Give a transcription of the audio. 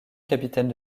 capitaine